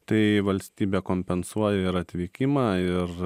tai valstybė kompensuoja ir atvykimą ir